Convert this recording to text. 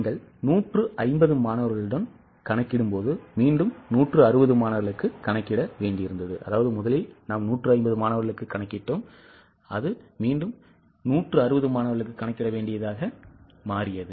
நீங்கள் 150 மாணவர்களுடன் கணக்கிடும்போது மீண்டும் 160 மாணவர்களுக்கு கணக்கிட வேண்டி இருந்தது